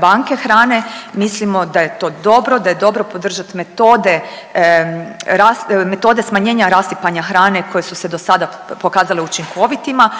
banke hrane, mislimo da je to dobro, da je dobro podržati metode smanjenja rasipanja hrane koje su se do sada pokazale učinkovitima,